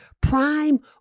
Prime